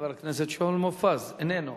חבר הכנסת שאול מופז, איננו,